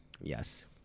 Yes